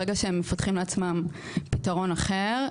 ברגע שה מפתחים לעצמם פתרון אחר,